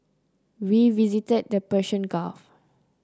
we visited the Persian Gulf